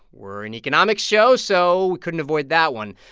we're an economics show, so we couldn't avoid that one.